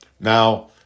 Now